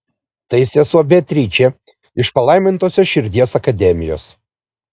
tai sesuo beatričė iš palaimintosios širdies akademijos